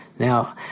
Now